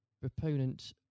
proponent